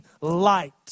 light